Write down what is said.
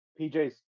PJ's